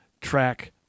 track